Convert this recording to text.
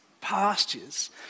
pastures